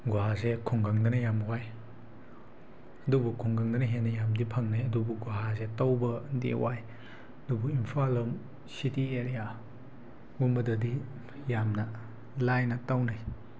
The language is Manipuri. ꯒꯨꯍꯥꯁꯦ ꯈꯨꯡꯒꯪꯗꯅ ꯌꯥꯝ ꯋꯥꯏ ꯑꯗꯨꯕꯨ ꯈꯨꯡꯒꯪꯗꯅ ꯍꯦꯟꯅ ꯌꯥꯝꯅꯗꯤ ꯐꯪꯅꯩ ꯑꯗꯨꯕꯨ ꯒꯨꯍꯥꯁꯦ ꯇꯧꯕꯗꯤ ꯋꯥꯏ ꯑꯗꯨꯕꯨ ꯏꯝꯐꯥꯜꯂꯣꯝ ꯁꯤꯇꯤ ꯑꯦꯔꯤꯌꯥ ꯒꯨꯝꯕꯗꯗꯤ ꯌꯥꯝꯅ ꯂꯥꯏꯅ ꯇꯧꯅꯩ